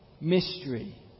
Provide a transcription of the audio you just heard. Mystery